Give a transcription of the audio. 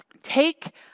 Take